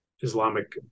Islamic